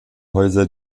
häuser